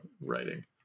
writing